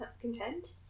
content